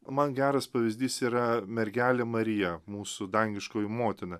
man geras pavyzdys yra mergelė marija mūsų dangiškoji motina